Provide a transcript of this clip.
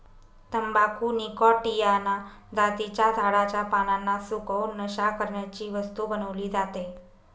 तंबाखू निकॉटीयाना जातीच्या झाडाच्या पानांना सुकवून, नशा करण्याची वस्तू बनवली जाते